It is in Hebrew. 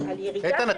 על ירידה שלו --- איתן,